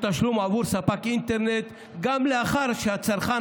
או תשלום בעבור ספק אינטרנט גם לאחר שהצרכן